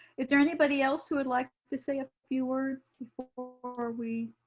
is there anybody else who would like to say a few words before we,